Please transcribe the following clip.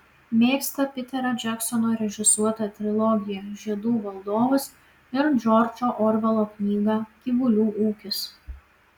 mėgsta piterio džeksono režisuotą trilogiją žiedų valdovas ir džordžo orvelo knygą gyvulių ūkis